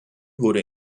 wurde